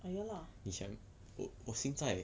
你想我我现在